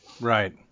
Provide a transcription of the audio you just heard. Right